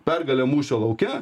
pergalė mūšio lauke